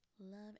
love